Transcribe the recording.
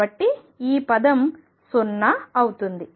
కాబట్టి ఈ పదం 0 అవుతుంది